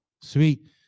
sweet